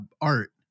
art